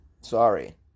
sorry